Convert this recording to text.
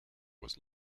was